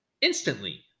instantly